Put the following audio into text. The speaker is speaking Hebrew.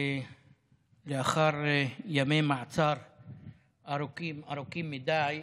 לאחר ימי מעצר ארוכים, ארוכים מדי,